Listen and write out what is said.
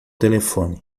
telefone